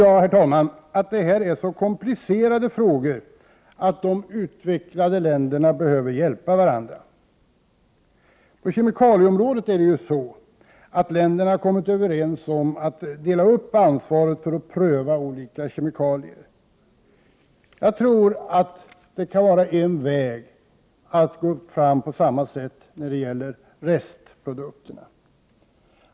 Jag tror att dessa frågor är så komplicerade att de utvecklade länderna behöver hjälpa varandra. På kemikalieområdet har länderna kommit överens om att dela upp ansvaret för att pröva olika kemikalier. Detta kan nog vara en väg att gå fram när det gäller restprodukterna.